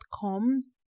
comes